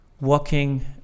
walking